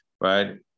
right